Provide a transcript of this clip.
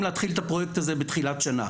להתחיל את הפרויקט הזה בתחילת שנה,